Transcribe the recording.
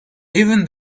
even